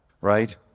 right